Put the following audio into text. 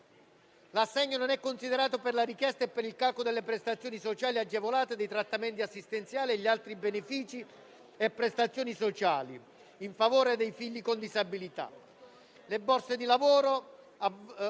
L'assegno non è considerato per la richiesta e per il calcolo delle prestazioni sociali agevolate, dei trattamenti assistenziali e gli altri benefici e prestazioni sociali in favore dei figli con disabilità.